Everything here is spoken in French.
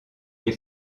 les